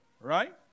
right